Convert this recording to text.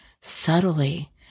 subtly